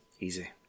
easy